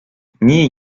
nii